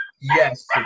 yes